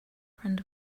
friend